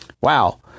wow